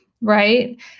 Right